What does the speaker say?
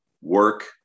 work